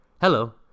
Hello